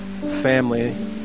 family